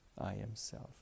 I-Am-Self